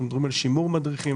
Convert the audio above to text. אנחנו מדברים על שימור מדריכים,